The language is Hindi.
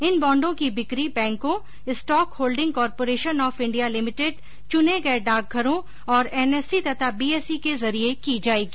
इन बॉण्डों की बिक्री बैंकों stock holding corporation of India limited चुने गए डाकघरों और एनएससी तथा बीएसई के जरिए की जाएगी